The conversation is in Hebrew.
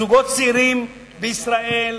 זוגות צעירים בישראל